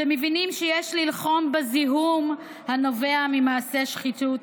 שמבינים שיש ללחום בזיהום הנובע ממעשי שחיתות,